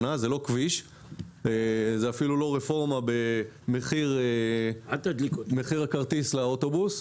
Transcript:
זה לא כביש וזאת אפילו לא רפורמה במחיר הכרטיס לאוטובוס.